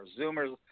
Zoomers